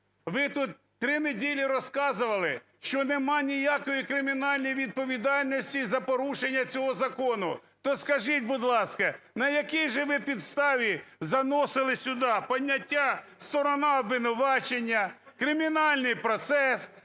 Ви тут три неділі розказували, що нема ніякої кримінальної відповідальності за порушення цього закону. То скажіть, будь ласка, на якій же ви підставі заносили сюди поняття "сторона обвинувачення", "кримінальний процес"?